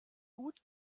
gut